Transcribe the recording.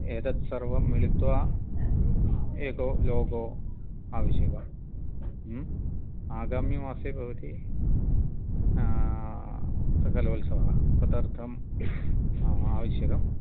एतत् सर्वं मिलित्वा एको लोगो आवश्यकम् आगामिमासे भवति कलोत्सवः तदर्थम् आवश्यकम्